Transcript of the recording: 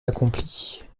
accomplit